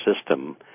System